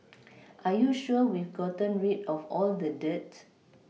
are you sure we've gotten rid of all the dirt